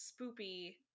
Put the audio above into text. spoopy